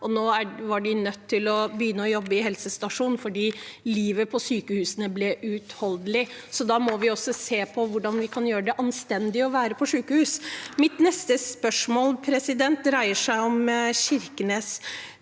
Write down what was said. Nå var de nødt til å begynne å jobbe på helsestasjon, for livet på sykehusene ble uutholdelig. Da må vi også se på hvordan vi kan gjøre det anstendig å være på sykehus. Mitt neste spørsmål dreier seg om Kirkenes.